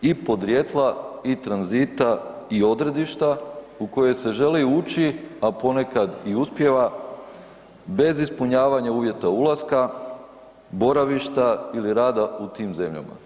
I podrijetla i tranzita i odredišta u koje se želi ući, a ponekad i uspijeva, bez ispunjavanja uvjeta ulaska, boravišta ili rada u tim zemljama.